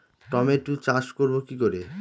Tomato চাষ করব কি করে?